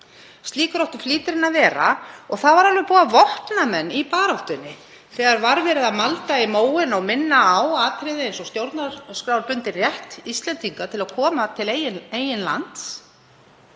Slíkur átti flýtirinn að vera. Og það var alveg búið að vopna menn í baráttunni þegar maldað var í móinn og minnt á atriði eins og stjórnarskrárbundinn rétt Íslendinga til að koma til eigin lands